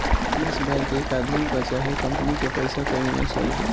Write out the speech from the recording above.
निवेश बैंक एक आदमी कअ चाहे कंपनी के पइसा कअ निवेश होला